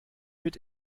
mit